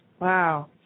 Wow